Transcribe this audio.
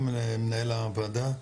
גם מנהל הוועדה,